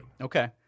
Okay